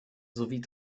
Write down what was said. sowie